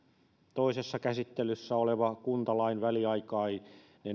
toisessa käsittelyssä oleva kuntalain väliaikainen